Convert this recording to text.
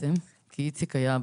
כי איציק היה,